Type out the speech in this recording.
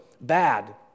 bad